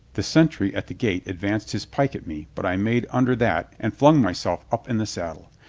the sen try at the gate advanced his pike at me, but i made under that and flung myself up in the saddle.